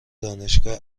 دانشگاه